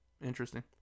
Interesting